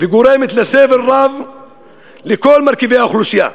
וגורמת סבל רב לכל מרכיבי האוכלוסייה.